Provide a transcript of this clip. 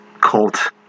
cult